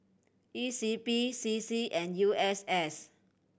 E C P C C and U S S